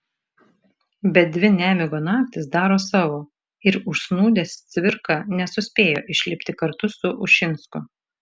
bet dvi nemigo naktys daro savo ir užsnūdęs cvirka nesuspėja išlipti kartu su ušinsku